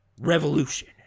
Revolution